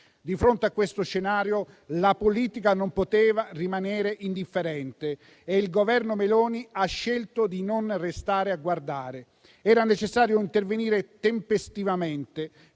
Di fronte a questo scenario, la politica non poteva rimanere indifferente e il Governo Meloni ha scelto di non restare a guardare. Era necessario intervenire tempestivamente